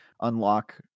unlock